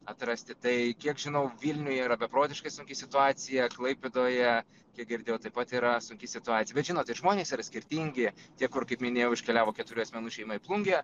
atrasti tai kiek žinau vilniuje yra beprotiškai sunki situacija klaipėdoje kiek girdėjau taip pat yra sunki situacija bet žinot ir žmonės yra skirtingi tiek kur kaip minėjau iškeliavo keturių asmenų šeima į plungę